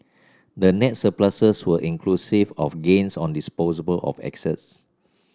the net surpluses were inclusive of gains on disposal of access